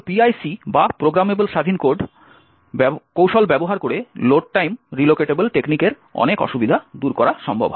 PIC বা programmable স্বাধীন code কৌশল ব্যবহার করে লোড টাইম রিলোকেটেবল টেকনিকের অনেক অসুবিধা দূর করা হয়